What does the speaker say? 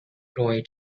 roy